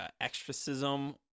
exorcism